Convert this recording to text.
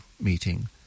meeting